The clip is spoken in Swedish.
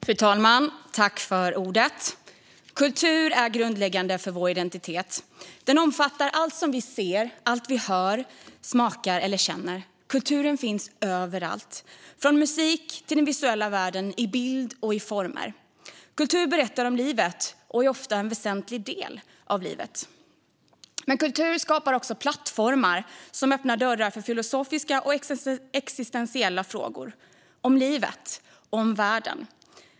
Fru talman! Kultur är grundläggande för vår identitet. Den omfattar allt som vi ser, allt vi hör, smakar eller känner. Kulturen finns överallt, från musik till den visuella världen, i bild och i former. Kultur berättar om livet och är ofta en väsentlig del av livet. Men kultur skapar också plattformar som öppnar dörrar för filosofiska och existentiella frågor om livet och om världen.